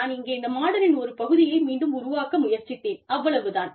நான் இங்கே இந்த மாடலின் ஒரு பகுதியை மீண்டும் உருவாக்க முயற்சித்தேன் அவ்வளவு தான்